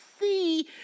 see